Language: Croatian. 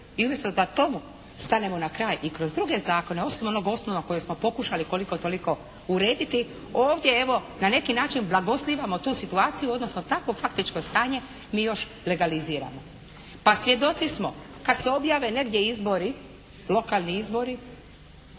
i umjesto da tomu stanemo na kraj i kroz druge zakone osim onog osnovnog kojeg smo pokušali koliko toliko urediti, ovdje evo na neki način blagoslivljamo tu situaciju, odnosno takvo faktičko stanje mi još legaliziramo. Pa svjedoci smo kad se objave negdje izbori, lokalni izbori